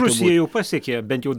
rusija jau pasiekė bent jau